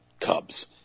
cubs